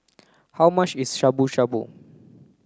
how much is Shabu shabu